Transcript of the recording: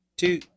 two